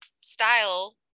style